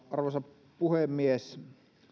arvoisa puhemies